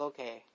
Okay